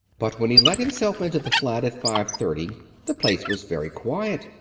but when he let himself into the flat at five-thirty the place was very quiet,